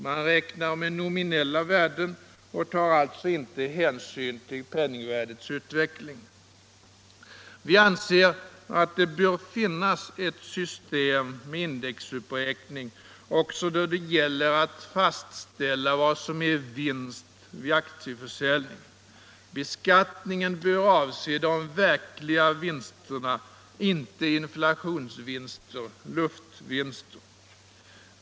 Man räknar här med nominella värden och tar alltså inte hänsyn till penningvärdets utveckling. Vi anser att det bör finnas ett system med indexuppräkning också då det gäller att fastställa vad som är vinst vid aktieförsäljning. Beskattningen bör avse de verkliga vinsterna, inte inflationsvinster, luftvinster.